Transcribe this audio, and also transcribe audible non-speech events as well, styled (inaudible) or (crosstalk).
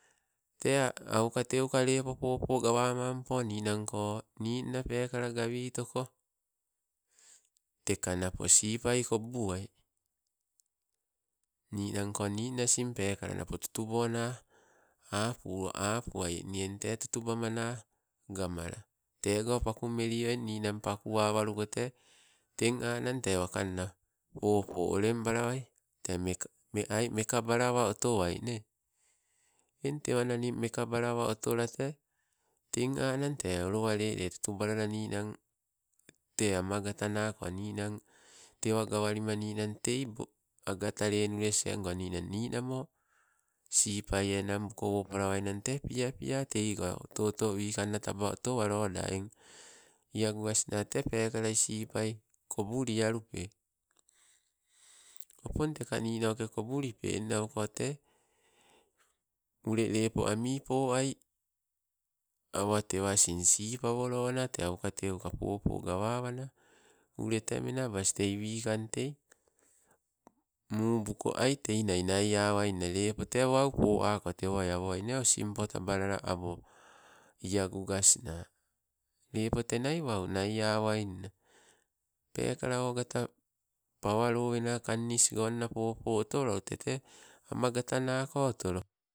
Tee aukateuka lepo popo gawamampo nii nangko, ninna pekala gawitoko, teka napo sipai kobuai. Ninangko ninang asing peekala napo tutubona, apu apuai nii eng tee tutubamana gamala, tego pakumeleai eng ninang pakuawaluko tee teng aang tee wakanna popo olembalawai, tee (unintelligible) mekabalawa otowai nee. Eng tewananing mekabalawa otolo tee, teng annang tee olowalele tutubalala ninang, tee amagata nako ninang tewa gawalima ninang tei bo, agata lenules enngo ninang namo sipai enang louko wopalawainang tee piapia, teigo oto oto wikanna taba otowaloda, eng iagugas naa tee peka sipai kobulialupe. Opong teka ninoke kobulipe ennauko tee ule lepo ami poai awatewa asing sipawolona tee aukateuka popo gawawana, ule tee menabas tei wikang, tei mubuko ai teinai naiawainna lepo tee wau poaka tewo awo nee osimpo tabalala, awo iagugasna, lepo tenia wau nai awai nna, pekala ogata pawa lowena kannis gonna popo otoio wau tete amagatanako otolo